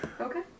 Okay